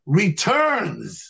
returns